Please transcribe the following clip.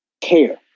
care